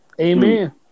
Amen